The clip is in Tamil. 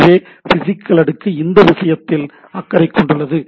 எனவே பிசிகல் அடுக்கு இந்த விஷயங்களில் அக்கறை கொண்டுள்ளது